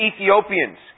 Ethiopians